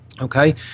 Okay